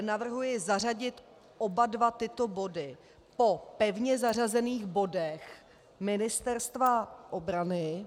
Navrhuji zařadit oba dva tyto body po pevně zařazených bodech Ministerstva obrany.